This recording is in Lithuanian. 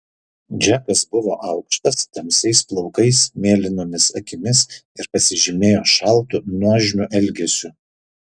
džekas buvo aukštas tamsiais plaukais mėlynomis akimis ir pasižymėjo šaltu nuožmiu elgesiu